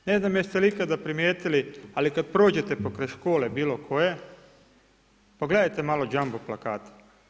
Ne znam jeste li ikad primijetili ali kad prođete pokraj škole bilokoje, pogledajte malo jumbo plakate.